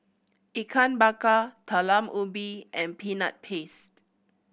Ikan Bakar Talam Ubi and Peanut Paste